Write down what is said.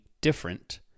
different